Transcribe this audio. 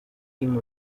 him